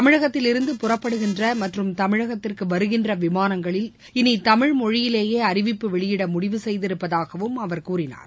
தமிழகத்தில் இருந்து புறப்படுகின்ற மற்றும் தமிழகத்திற்கு வருகின்ற விமானங்களில் இனி தமிழ் மொழியிலேயே அறிவிப்பு வெளியிட முடிவு செய்திருப்பதாகவும் அவர் கூறினார்